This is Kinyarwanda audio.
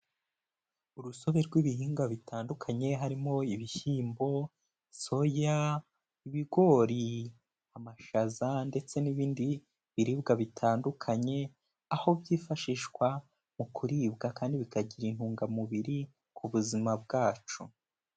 Urusobe rw'ibihingwa bitandukanye, harimo ibishyimbo, soya, ibigori, amashaza ndetse n'ibindi biribwa bitandukanye, aho byifashishwa mu kuribwa kandi bikagira intungamubiri ku buzima bwacu.